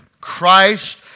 Christ